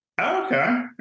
okay